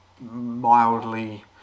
mildly